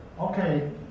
Okay